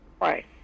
Right